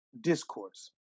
discourse